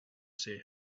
seer